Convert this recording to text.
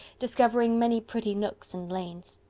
discovering many pretty nooks and lanes.